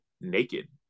naked